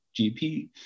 GP